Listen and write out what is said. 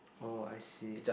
oh I see